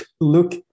look